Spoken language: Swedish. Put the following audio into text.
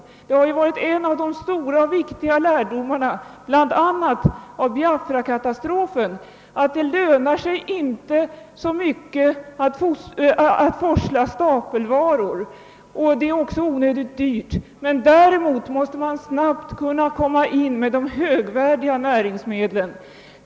Detta har ju varit en av de stora och viktiga lärdomarna bl.a. från Biafrakatastrofen, nämligen att det inte lönar sig att forsla stapelvaror — och det är också onödigt dyrt — men att man däremot snabbt måste kunna komma in med högvärdiga näringsmedel.